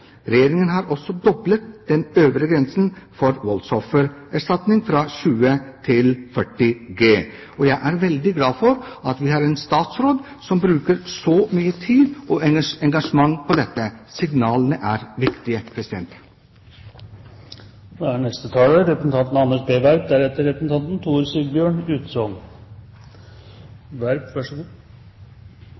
Regjeringen har også doblet den øvre grensen for voldsoffererstatning fra 20 G til 40 G. Jeg er veldig glad for at vi har en statsråd som bruker så mye tid og engasjement på dette. Signalene er viktige.